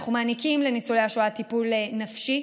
אנחנו מעניקים לניצולי השואה טיפול נפשי.